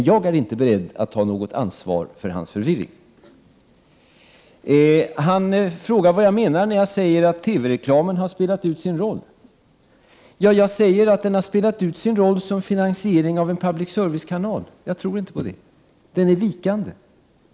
Jag är dock inte beredd att ta något ansvar för hans förvirring. Jan Hyttring vill veta vad jag menar när jag säger att TV-reklamen har spelat ut sin roll. Jag påstår att den har spelat ut sin roll såsom finansiär av en public service-kanal. Den är vikande.